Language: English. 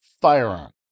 firearm